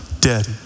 dead